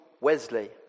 Wesley